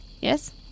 Yes